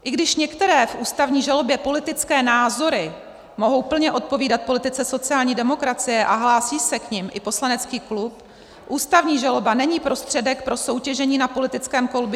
I když některé v ústavní žalobě politické názory mohou plně odpovídat politice sociální demokracie a hlásí se k nim i poslanecký klub, ústavní žaloba není prostředek pro soutěžení na politickém kolbišti.